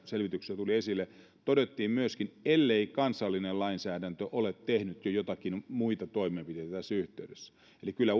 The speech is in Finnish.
selvityksissä tuli esille että ellei kansallinen lainsäädäntö ole tehnyt jo jotakin muita toimenpiteitä tässä yhteydessä eli kyllä